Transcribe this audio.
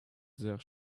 their